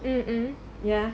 um mmhmm ya